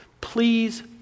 please